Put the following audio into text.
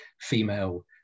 female